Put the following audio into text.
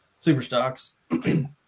superstocks